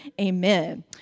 Amen